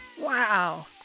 Wow